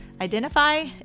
identify